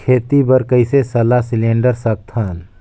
खेती बर कइसे सलाह सिलेंडर सकथन?